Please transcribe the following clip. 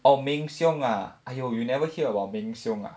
oh meng siong !aiyo! you never hear about meng siong ah